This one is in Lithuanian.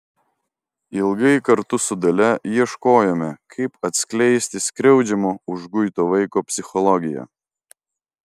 ilgai kartu su dalia ieškojome kaip atskleisti skriaudžiamo užguito vaiko psichologiją